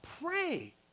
pray